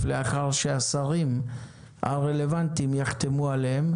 לאחר שהשרים הרלוונטיים יחתמו עליהן.